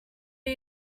are